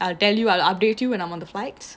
I'll tell you I'll update you when I'm on the flight